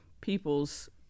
people's